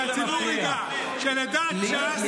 אנחנו רוצים שהציבור ידע שלדעת ש"ס,